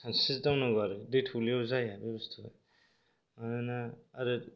सानस्रि दावनांगौ आरो दै थौलेयाव जाया बे बुस्तुआ मानोना आरो